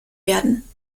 werden